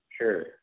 Sure